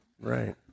right